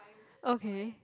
okay